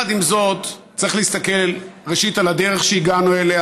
עם זאת, צריך להסתכל, ראשית, על הדרך שהגענו בה,